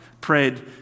prayed